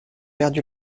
perdu